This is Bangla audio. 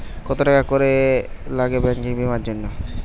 কত টাকা করে লাগে ব্যাঙ্কিং বিমার জন্য?